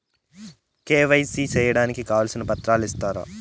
KYC సేయడానికి కావాల్సిన పత్రాలు ఇస్తారా?